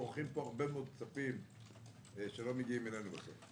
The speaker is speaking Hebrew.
בורחים פה הרבה מאוד כספים שלא מגיעים אלינו בסוף.